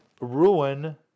ruin